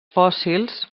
fòssils